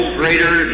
greater